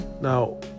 Now